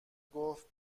گفت